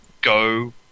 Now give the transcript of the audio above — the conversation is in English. go